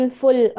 full